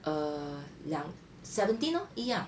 err 两 seventeen lor 一样